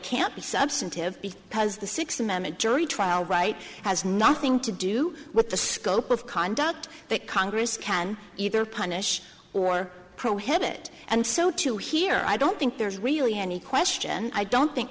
can't be substantive because the sixth amendment jury trial right has nothing to do with the scope of conduct that congress can either punish or prohibit and so to here i don't think there's really any question i don't think